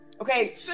Okay